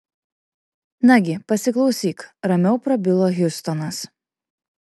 nagi pasiklausyk ramiau prabilo hjustonas